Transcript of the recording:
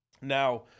now